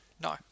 no